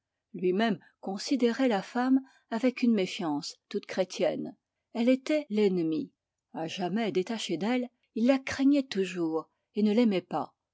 lui-même considérait la femme avec une méfiance tout chrétienne elle était l'ennemie à jamais détaché d'elle il la craignait toujours et ne l'aimait pas